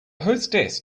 hostess